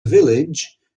village